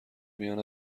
میان